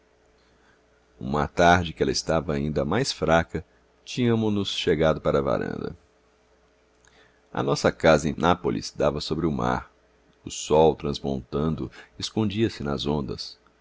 uma tarde em que ela estava ainda mais fraca tínhamo nos chegado para a varanda a nossa casa em nápoles dava sobre o mar o sol transmontando escondia se nas ondas